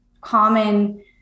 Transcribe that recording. common